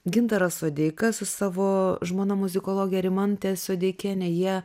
gintaras sodeika su savo žmona muzikologe rimante sodeikiene jie